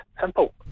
Simple